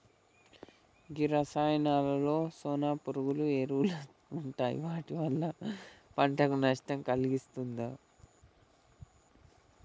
గీ రసాయానాలలో సాన రకాల ఎరువులు ఉంటాయి వాటి వల్ల పంటకు నష్టం కలిగిస్తుంది